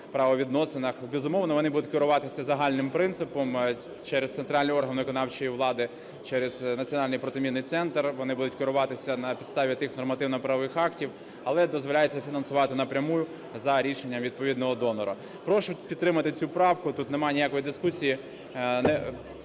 правовідносинах. Безумовно, вони будуть керуватися загальним принципом через центральний орган виконавчої влади, через Національний протимінний центр, вони будуть керуватися на підставі тих нормативно-правових актів. Але дозволяється фінансувати напряму за рішенням відповідного донора. Прошу підтримати цю правку. Тут нема ніякої дискусії.